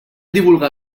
divulgar